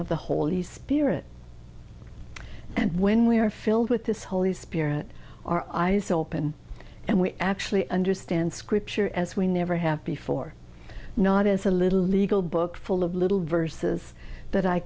of the holy spirit and when we are filled with this holy spirit our eyes open and we actually understand scripture as we never have before not as a little legal book full of little verses that i